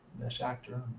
mesh actor,